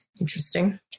Interesting